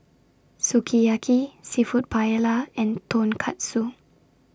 Sukiyaki Seafood Paella and Tonkatsu